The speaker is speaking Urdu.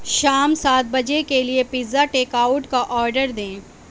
شام سات بجے کے لیے پزا ٹیک آؤٹ کا آڈر دیں